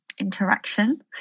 interaction